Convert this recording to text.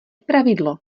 pravidlo